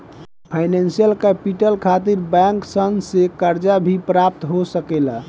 financial capital खातिर bank सन से कर्जा भी प्राप्त हो सकेला